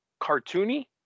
cartoony